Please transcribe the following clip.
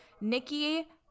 Nikki